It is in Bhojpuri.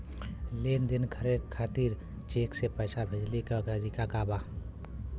लेन देन करे खातिर चेंक से पैसा भेजेले क तरीकाका बा?